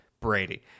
Brady